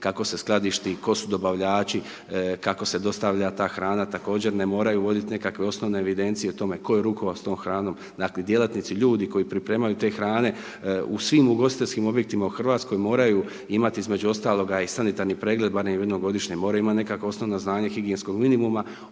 kako se skladišti, tko su dobavljači, kako se dostavlja ta hrana također ne moraju voditi nekakve osnovne evidencije o tome tko je rukovao s tom hranom, dakle djelatnici ljudi koji pripremaju te hrane u svim ugostiteljskim objektima u Hrvatskom moraju imati između ostaloga i sanitarni pregled barem jednom godišnje, moraju imati nekakvo osnovno znanje higijenskog minimuma,